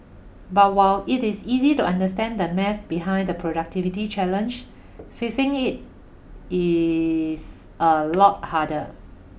but while it is easy to understand the maths behind the productivity challenge fixing it is a lot harder